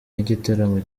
y’igitaramo